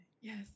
Yes